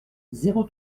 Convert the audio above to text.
zéro